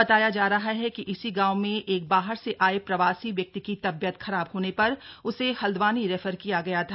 बताया जा रहा है कि इसी गांव में एक बाहर से आये प्रवासी व्यक्ति की तबियत खराब होने पर उसे हल्द्वानी रेफर किया गया था